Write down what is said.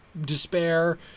despair